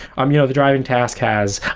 um you know the driving task has,